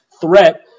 threat